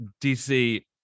DC